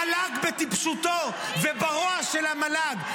המל"ג בטיפשותו וברוע של המל"ג.